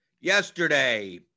yesterday